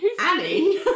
Annie